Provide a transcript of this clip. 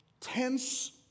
tense